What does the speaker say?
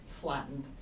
flattened